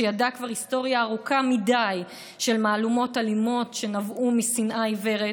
שידע כבר היסטוריה ארוכה מדי של מהלומות אלימות שנבעו משנאה עיוורת,